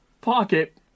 pocket